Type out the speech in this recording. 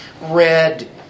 red